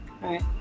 Right